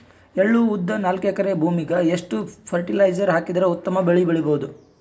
ಎಳ್ಳು, ಉದ್ದ ನಾಲ್ಕಎಕರೆ ಭೂಮಿಗ ಎಷ್ಟ ಫರಟಿಲೈಜರ ಹಾಕಿದರ ಉತ್ತಮ ಬೆಳಿ ಬಹುದು?